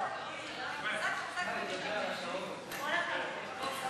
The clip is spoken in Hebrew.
התשע"ו 2015, נתקבל.